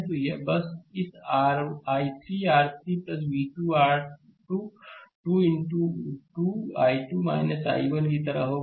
तो यह बस इस r I3 R3 v 2 r R 2 2 into 2 I2 I1 की तरह होगा